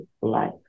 life